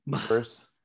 first